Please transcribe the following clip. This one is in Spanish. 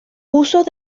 usos